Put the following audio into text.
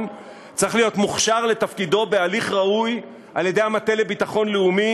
צריך להיות מוכשר לתפקידו בהליך ראוי על-ידי המטה לביטחון לאומי?